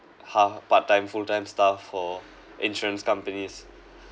half part time full time staff for insurance companies